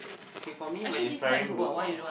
okay for me my inspiring book was